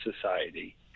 society